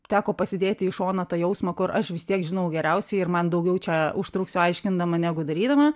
teko pasidėti į šoną tą jausmą kur aš vis tiek žinau geriausiai ir man daugiau čia užtruksiu aiškindama negu darydama